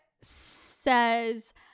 says